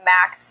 Max